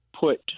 put